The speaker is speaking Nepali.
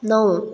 नौ